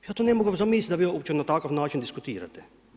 Ja to ne mogu zamisliti da vi uopće na takav način diskutirate.